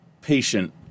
patient